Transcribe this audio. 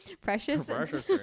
Precious